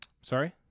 Sorry